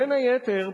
בין היתר,